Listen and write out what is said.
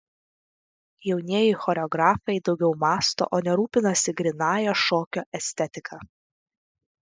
jaunieji choreografai daugiau mąsto o ne rūpinasi grynąja šokio estetika